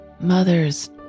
Mothers